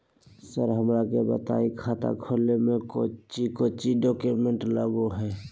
Sir हमरा के बताएं खाता खोले में कोच्चि कोच्चि डॉक्यूमेंट लगो है?